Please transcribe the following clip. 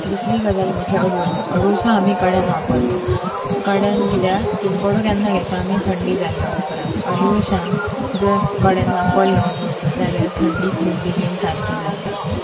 दुसरी गजाल म्हटल्यार अडुळसो अडुळसो आमी कड्यान वापरत कड्यान कित्याक की कोडो केन्ना घेता आमी थंडी जाल्या उपरांत अडूळश्यान जर कड्यान वापरलो अडुळसो जाल्यार थंडी खूब बेगीन सारकी जाता